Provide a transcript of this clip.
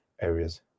areas